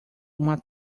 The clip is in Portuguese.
uma